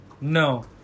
No